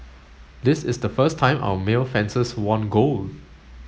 this is the first time our male fencers won gold